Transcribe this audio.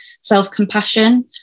self-compassion